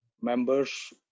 members